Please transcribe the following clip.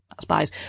spies